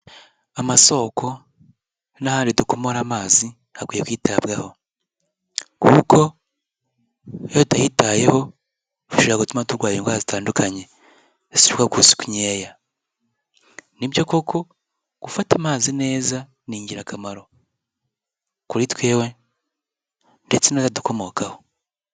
Amasoko n'ahandi dukomora amazi hakwiye kwitabwaho, kuko yo tahitayeho bishobora gutuma turwaye indwara zitandukanye zituruka ku isuku nkeya. Nibyo koko gufata amazi neza ni ingirakamaro kuri twewe ndetse n'abadukomokaho.